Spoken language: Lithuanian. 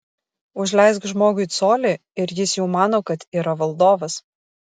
užleisk žmogui colį ir jis jau mano kad yra valdovas